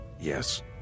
Yes